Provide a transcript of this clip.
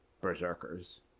berserkers